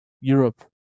Europe